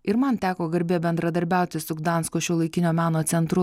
ir man teko garbė bendradarbiauti su gdansko šiuolaikinio meno centru